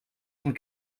cent